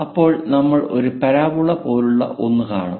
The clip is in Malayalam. അപ്പോൾ നമ്മൾ ഒരു പരാബോള പോലുള്ള ഒന്ന് കാണും